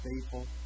faithful